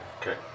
Okay